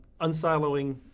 unsiloing